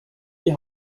die